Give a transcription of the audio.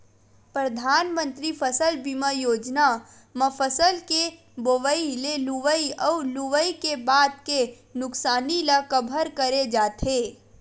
परधानमंतरी फसल बीमा योजना म फसल के बोवई ले लुवई अउ लुवई के बाद के नुकसानी ल कभर करे जाथे